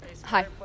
Hi